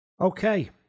Okay